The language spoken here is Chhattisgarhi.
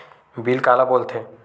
बिल काला बोल थे?